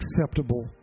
acceptable